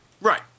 Right